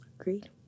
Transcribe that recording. Agreed